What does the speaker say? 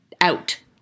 out